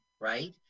right